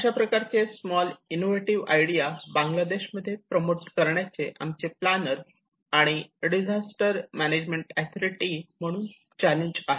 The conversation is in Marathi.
अशा प्रकारचे स्मॉल इनोव्हेटिव्ह आयडिया बांगलादेश मध्ये प्रमोट करण्याचे आमचे प्लानर आणि डिझास्टर मॅनेजमेंट अथोरिटी म्हणून चॅलेंज आहे